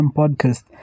podcast